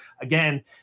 again